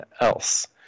else